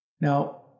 Now